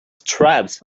stripes